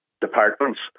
departments